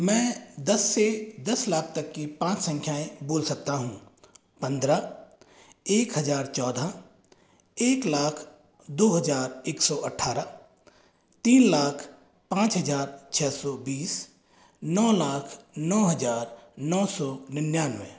मैं दस से दस लाख तक की पांच संख्याएं बोल सकता हूँ पंद्रह एक हज़ार चौदह एक लाख दो हज़ार एक सौ अठ्ठाराह तीन लाख पांच हज़ार छः सौ बीस नौ लाख नौ हज़ार नौ सौ निन्यानवे